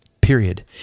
period